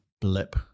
blip